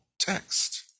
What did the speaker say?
text